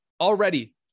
already